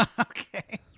Okay